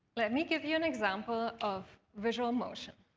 let me give you an example of visual motion.